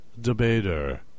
Debater